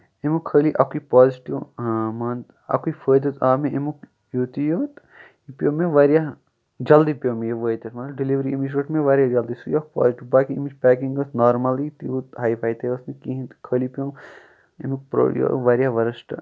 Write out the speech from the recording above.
اَمیُک خٲلی اَکُیٚے پازِٹِو مان اکُیٚے فٲیِدٕ آو مےٚ اَمیُک یِتُیٕے یوت یہِ پیٚو مےٚ واریاہ جلدی پیٚو مےٚ یہِ وٲتِتھ مان ژٕ ڈیٚلِؤری امِچ رٔٹۍ مےٚ واریاہ جلدی زیادٕ سُہ چھُ اکھ پازِٹِو باقٕے اَمِچ پیکِنگ ٲسۍ نارمَلٕے توٗت ہاے فاے تہِ ٲسۍ نہٕ کِہینۍ خٲلی پیٚو اَمیُک واریاہ ؤرٕسٹہٕ